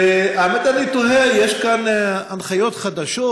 והאמת, אני תוהה: יש כאן הנחיות חדשות?